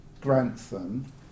Grantham